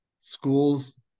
schools